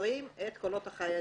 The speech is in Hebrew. וסופרים את קולות החיילים.